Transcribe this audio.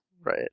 Right